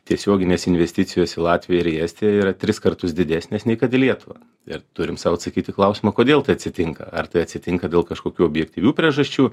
tiesioginės investicijos į latviją ir į estiją yra tris kartus didesnės nei kad į lietuvą ir turim sau atsakyt klausimą kodėl tai atsitinka ar tai atsitinka dėl kažkokių objektyvių priežasčių